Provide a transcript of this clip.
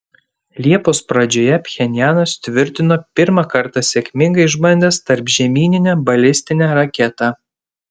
liepos pradžioje pchenjanas tvirtino pirmą kartą sėkmingai išbandęs tarpžemyninę balistinę raketą